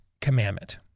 commandment